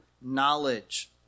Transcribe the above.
knowledge